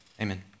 amen